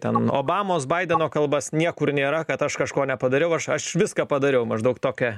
ten obamos baideno kalbas niekur nėra kad aš kažko nepadariau aš aš viską padariau maždaug tokia